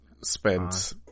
spent